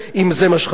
אם זה מה שחשוב לנו.